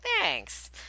thanks